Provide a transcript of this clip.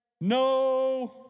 No